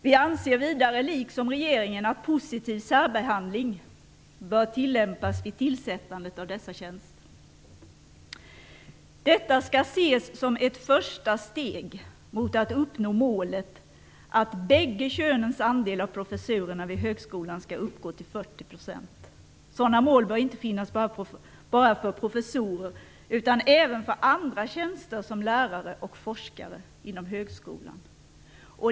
Vi anser vidare liksom regeringen att positiv särbehandling bör tillämpas vid tillsättandet av dessa tjänster. Detta skall ses som ett första steg mot att uppnå målet att bägge könens andel av professurerna vid högskolan skall uppgå till minst 40 %. Sådana mål bör inte finnas bara för professorer utan även för andra tjänster som lärare och forskare inom högskolan.